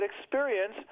experience